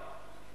כאפות"?